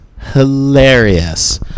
hilarious